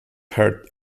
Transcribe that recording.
her